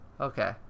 Okay